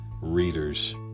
readers